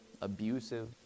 abusive